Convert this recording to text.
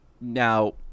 Now